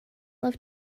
love